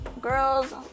girls